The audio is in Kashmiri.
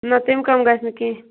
نہَ تَمہِ کم گَژھِ نہِ کیٚنٛہہ